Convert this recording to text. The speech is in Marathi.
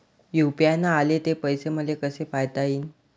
यू.पी.आय न आले ते पैसे मले कसे पायता येईन?